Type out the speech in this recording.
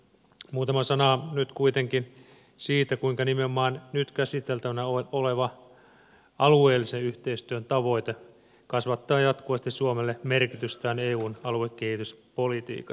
muutama sana nyt kuitenkin siitä kuinka nimenomaan nyt käsiteltävänä oleva alueellisen yhteistyön tavoite kasvattaa jatkuvasti merkitystään suomelle eun aluekehityspolitiikassa